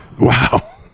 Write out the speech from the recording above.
Wow